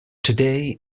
today